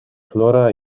flora